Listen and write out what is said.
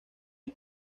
was